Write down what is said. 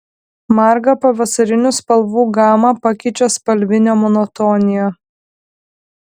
margą pavasarinių spalvų gamą pakeičia spalvinė monotonija